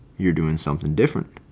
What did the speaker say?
you're doing something different.